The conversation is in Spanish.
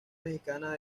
mexicana